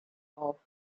off